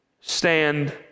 stand